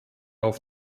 auf